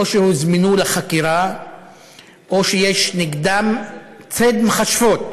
שאו שהוזמנו לחקירה או שיש נגדם ציד מכשפות.